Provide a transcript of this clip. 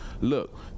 look